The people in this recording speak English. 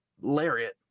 lariat